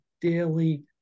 daily